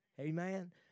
Amen